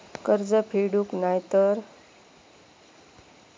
कर्ज फेडूक नाय तर?